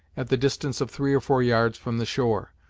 at the distance of three or four yards from the shore.